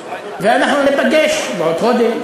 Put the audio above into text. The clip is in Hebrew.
ואנחנו ניפגש בעוד חודש,